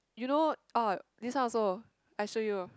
you know oh this one also I show you